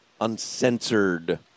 uncensored